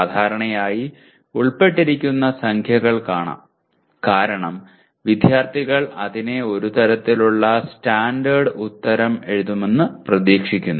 സാധാരണയായി ഉൾപ്പെട്ടിരിക്കുന്ന സംഖ്യകൾ കാരണം വിദ്യാർത്ഥികൾ അതിനായി ഒരു തരത്തിലുള്ള സ്റ്റാൻഡേർഡ് ഉത്തരം എഴുതണമെന്ന് പ്രതീക്ഷിക്കുന്നു